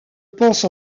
pense